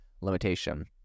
limitation